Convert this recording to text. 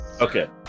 Okay